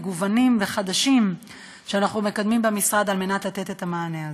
מגוונים וחדשים שאנחנו מקדמים במשרד כדי לתת את המענה הזה.